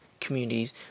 communities